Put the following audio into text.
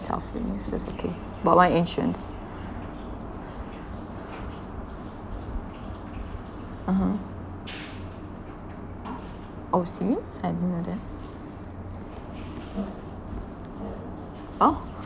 it's of premium so it's okay bought one insurance (uh huh) oh serious I didn't know that oh